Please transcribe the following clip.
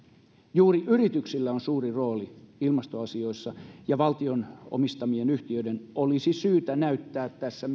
juuri yrityksillä on suuri rooli ilmastoasioissa ja valtion omistamien yhtiöiden olisi mielestäni syytä näyttää tässä